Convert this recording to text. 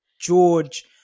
George